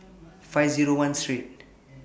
five Zero one Street